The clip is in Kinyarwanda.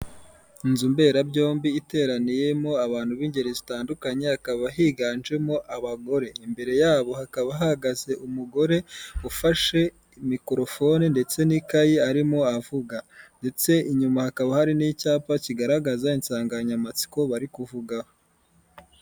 Inzu mberabyombi iteraniyemo abantu b'ingeri zitandukanye hakaba higanjemo abagore, imbere yabo hakaba hahagaze umugore ufashe mikorofone ndetse n'ikayi arimo avuga ndetse inyuma hakaba hari n'icyapa kigaragaza insanganyamatsiko bari kuvugaho.